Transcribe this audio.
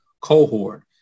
Cohort